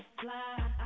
fly